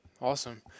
Awesome